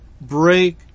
break